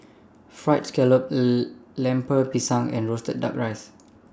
Fried Scallop Lemper Pisang and Roasted Duck rices